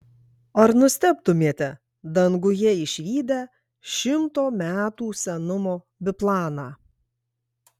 ar nustebtumėte danguje išvydę šimto metų senumo biplaną